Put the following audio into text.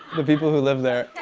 the people who live there.